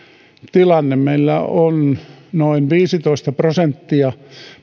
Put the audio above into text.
tilanne meillä on peruskoulun päättäneistä noin viisitoista prosenttia